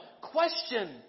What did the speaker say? Question